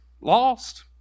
lost